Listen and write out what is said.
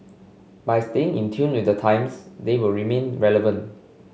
by staying in tune with the times they will remain relevant